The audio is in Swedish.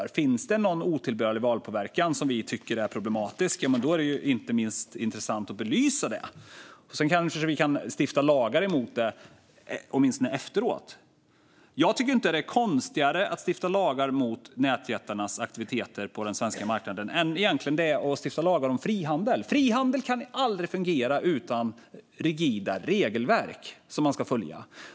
Om det finns någon otillbörlig valpåverkan som vi tycker är problematisk är det inte minst intressant att belysa det. Stifta lagar mot det kan vi kanske göra efter valet. Jag tycker inte att det är konstigare att stifta lagar mot nätjättarnas aktiviteter på den svenska marknaden än det är att stifta lagar om frihandel. Frihandel kan aldrig fungera utan rigida regelverk som man ska följa.